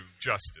justice